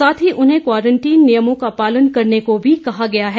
साथ ही उन्हें क्वारंटीन नियमों का पालन करने को कहा गया है